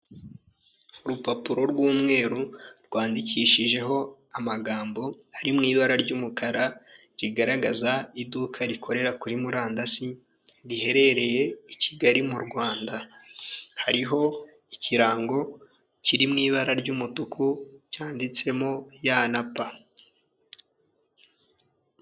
Urupapuro rw'umweru rwandikishijeho amagambo ari mu ibara ry'umukara, rigaragaza iduka rikorera kuri murandasi, riherereye i Kigali mu Rwanda, hariho ikirango kiri mu ibara ry'umutuku, cyanditsemo ya na pa.